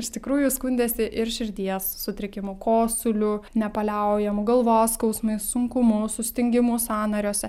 iš tikrųjų skundėsi ir širdies sutrikimu kosuliu nepaliaujamu galvos skausmais sunkumu sustingimu sąnariuose